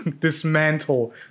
dismantle